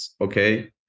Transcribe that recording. okay